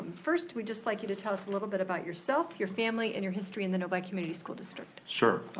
first we'd just like you to tell us a little bit about yourself, your family and your history in the novi community school district. sure.